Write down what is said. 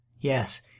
Yes